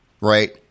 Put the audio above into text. Right